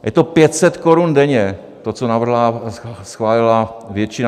Je to 500 korun denně, co navrhla a schválila většina.